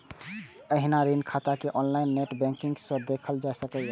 एहिना ऋण खाता कें ऑनलाइन नेट बैंकिंग सं देखल जा सकैए